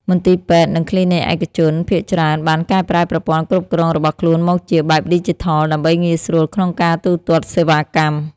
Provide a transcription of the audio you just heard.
មន្ទីរពេទ្យ និងគ្លីនិកឯកជនភាគច្រើនបានកែប្រែប្រព័ន្ធគ្រប់គ្រងរបស់ខ្លួនមកជាបែបឌីជីថល ដើម្បីងាយស្រួលក្នុងការទូទាត់សេវាកម្ម។